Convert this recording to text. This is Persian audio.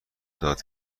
داد